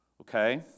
okay